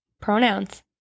pronouns